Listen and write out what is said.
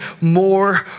more